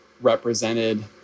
represented